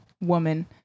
woman